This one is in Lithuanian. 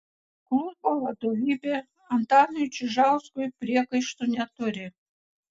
klubo vadovybė antanui čižauskui priekaištų neturi